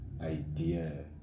idea